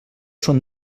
són